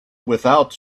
without